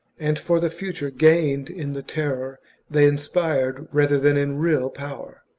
and for the future gained in the terror they inspired rather than in real power.